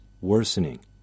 worsening